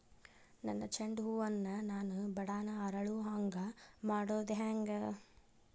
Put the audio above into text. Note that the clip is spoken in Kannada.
ನನ್ನ ಚಂಡ ಹೂ ಅನ್ನ ನಾನು ಬಡಾನ್ ಅರಳು ಹಾಂಗ ಮಾಡೋದು ಹ್ಯಾಂಗ್?